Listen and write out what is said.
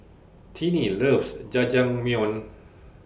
Tinnie loves Jajangmyeon